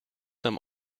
them